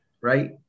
right